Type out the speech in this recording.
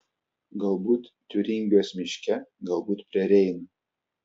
galbūt tiuringijos miške galbūt prie reino